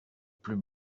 plus